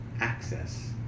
access